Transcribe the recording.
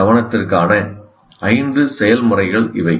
உடனடி கவனத்திற்கான ஐந்து செயல்முறைகள் இவை